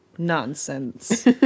nonsense